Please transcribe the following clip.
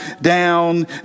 down